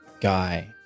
Guy